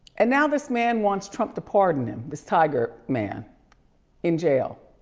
and now this man wants trump to pardon him, this tiger man in jail.